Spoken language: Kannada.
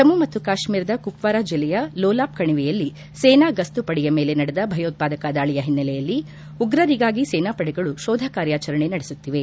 ಜಮ್ನು ಮತ್ತು ಕಾತ್ತೀರದ ಕುಪ್ನಾರ ಜಿಲ್ಲೆಯ ಲೋಲಾಬ್ ಕಣಿವೆಯಲ್ಲಿ ಸೇನಾ ಗಸ್ತು ಪಡೆಯ ಮೇಲೆ ನಡೆದ ಭಯೋತ್ವಾದಕ ದಾಳಿಯ ಹಿನ್ನೆಲೆಯಲ್ಲಿ ಉಗ್ರರಿಗಾಗಿ ಸೇನಾಪಡೆಗಳು ಶೋಧ ಕಾರ್ಯಚರಣೆ ನಡೆಸುತ್ತಿವೆ